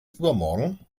übermorgen